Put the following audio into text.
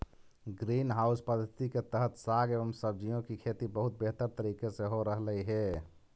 green house पद्धति के तहत साग एवं सब्जियों की खेती बहुत बेहतर तरीके से हो रहलइ हे